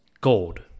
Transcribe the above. gold